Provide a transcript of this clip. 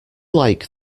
like